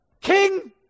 King